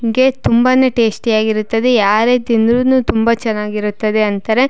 ಹೀಗೆ ತುಂಬಾ ಟೇಸ್ಟಿಯಾಗಿರುತ್ತದೆ ಯಾರೇ ತಿಂದ್ರು ತುಂಬ ಚೆನ್ನಾಗಿರುತ್ತದೆ ಅಂತಾರೆ